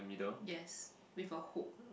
yes with a hook